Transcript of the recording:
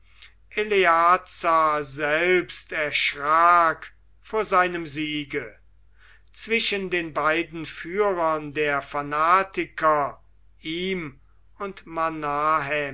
eleazar selbst erschrak vor seinem siege zwischen den beiden führern der fanatiker ihm und